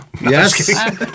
yes